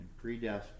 predestined